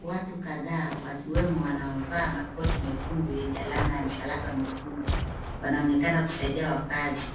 Watu kadhaa wakiwemo wanaovaa makoti mekundu yenye alama ya msalaba mwekundu wanaonekana kusaidia wakazi